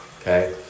okay